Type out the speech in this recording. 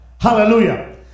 Hallelujah